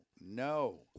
no